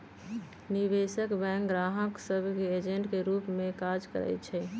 निवेश बैंक गाहक सभ के एजेंट के रूप में काज करइ छै